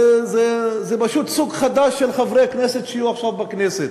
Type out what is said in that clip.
זה פשוט סוג חדש של חברי כנסת שיהיו עכשיו בכנסת,